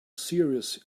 serious